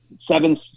seven